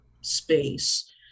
space